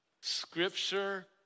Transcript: Scripture